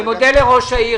לגבי הגן הלאומי.